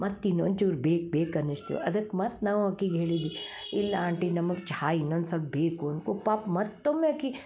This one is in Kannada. ಮತ್ತು ಇನ್ನೊಂದು ಚೂರು ಬೇಕು ಬೇಕು ಅನಸ್ತು ಅದಕ್ಕೆ ಮತ್ತೆ ನಾವು ಆಕಿಗೆ ಹೇಳಿದ್ವಿ ಇಲ್ಲ ಆಂಟಿ ನಮಗೆ ಚಹಾ ಇನ್ನೊಂದು ಸೊಲ್ಪ ಬೇಕು ಅನ್ಕೊ ಪಾಪ ಮತ್ತೊಮ್ಮೆ ಆಕಿ